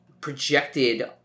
projected